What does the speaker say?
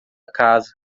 casa